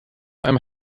einem